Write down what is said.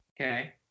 Okay